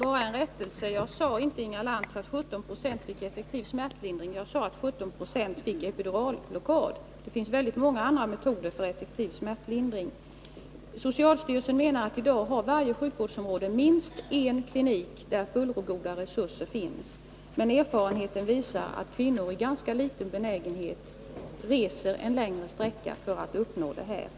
Fru talman! Jag sade inte, Inga Lantz, att 17 96 fick effektiv smärtlindring. Jag sade att 17 I fick epiduralblockad. Det finns många andra metoder för effektiv smärtlindring. Socialstyrelsen menar att varje sjukvårdsområde i dag har minst en klinik där fullgoda resurser finns. Men erfarenheten visar att kvinnor har ganska liten benägenhet att resa en längre sträcka för att uppnå detta.